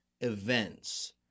events